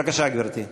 בבקשה, גברתי.